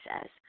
says